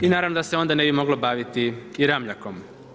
I naravno da se onda ne bi moglo baviti i Ramljakom.